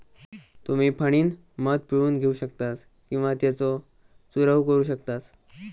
तुम्ही फणीनं मध पिळून घेऊ शकतास किंवा त्येचो चूरव करू शकतास